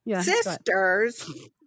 sisters